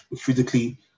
physically